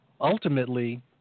Ultimately